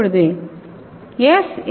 இப்போது எஸ்